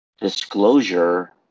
disclosure